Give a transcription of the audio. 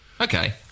Okay